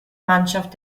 mannschaft